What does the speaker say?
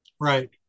right